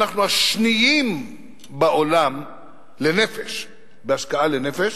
אנחנו השניים בעולם בהשקעה לנפש,